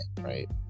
right